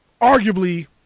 arguably